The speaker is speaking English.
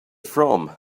from